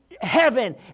Heaven